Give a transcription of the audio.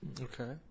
Okay